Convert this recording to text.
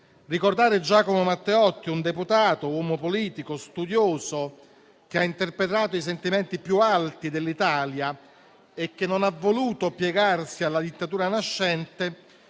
Ricordare Giacomo Matteotti, deputato, uomo politico e studioso che ha interpretato i sentimenti più alti dell'Italia e non ha voluto piegarsi alla dittatura nascente,